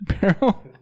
Barrel